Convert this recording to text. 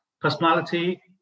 personality